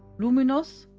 luminous,